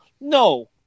No